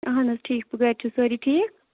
اہن حظ ٹھیٖک پٲٹھۍ گَرِ چھ سٲری ٹھیٖک